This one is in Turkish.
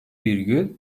virgül